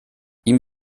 ihm